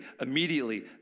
immediately